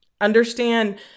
Understand